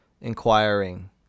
inquiring